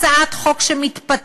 הצעת חוק שמתפתלת,